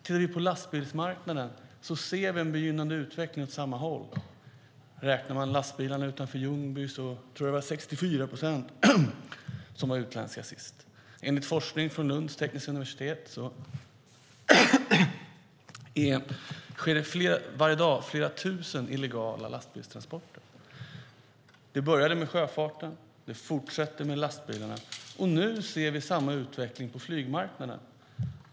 Tittar vi på lastbilsmarknaden ser vi en begynnande utveckling åt samma håll. Sist lastbilarna utanför Ljungby räknades var det 64 procent som var utländska, tror jag. Enligt forskning från Lunds tekniska högskola sker det varje dag flera tusen illegala lastbilstransporter. Det började med sjöfarten, det fortsätter med lastbilarna och nu ser vi samma utveckling på flygmarknaden.